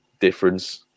difference